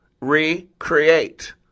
Recreate